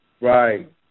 right